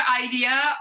idea